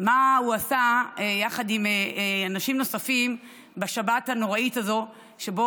מה הוא עשה יחד עם אנשים נוספים בשבת הנוראית הזו שבה